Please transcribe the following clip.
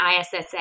ISSA